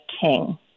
king